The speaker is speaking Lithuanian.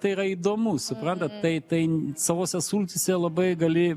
tai yra įdomu suprantat tai tai savose sultyse labai gali